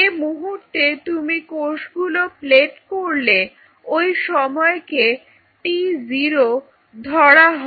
যে মুহূর্তে তুমি কোষগুলো প্লেট করলে ওই সময়কে t0 ধরা হয়